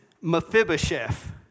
Mephibosheth